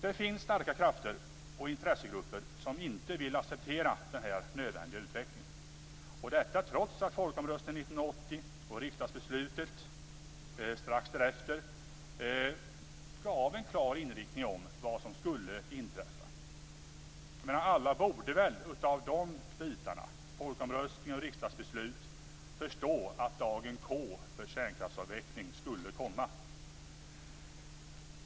Det finns starka krafter och intressegrupper som inte vill acceptera denna nödvändiga utveckling - detta trots att folkomröstningen 1980 och riksdagsbeslutet strax därefter gav en klar inriktning för vad som skulle inträffa. Alla borde väl av folkomröstning och riksdagsbeslut förstå att dagen K för kärnkraftsavveckling skulle komma.